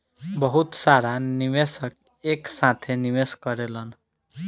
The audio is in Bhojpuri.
बहुत सारा निवेशक एक साथे निवेश करेलन